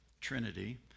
Trinity